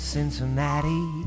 Cincinnati